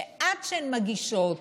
שעד שהן מגישות